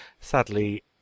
Sadly